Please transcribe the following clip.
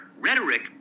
rhetoric